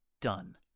done